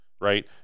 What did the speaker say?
right